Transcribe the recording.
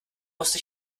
musste